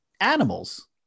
animals